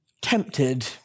tempted